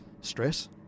stress